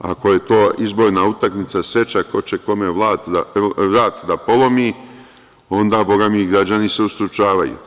Ako je izborna utakmica seča, ko će kome vrat da polomi, onda, bogami, i građani se ustručavaju.